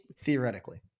theoretically